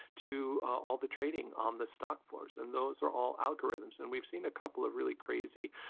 to all the trading on the stock floors. and those are all algorithms. and we've seen a couple of really crazy,